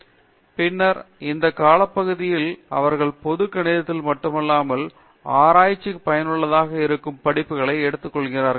பேராசிரியர் அரிந்தமா சிங் பின்னர் இந்த காலப்பகுதியில் அவர்கள் பொது கணிதத்தில் மட்டுமல்லாமல் ஆராய்ச்சிக்கு பயனுள்ளதாக இருக்கும் படிப்புகளை எடுத்துக்கொள்கிறார்கள்